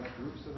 groups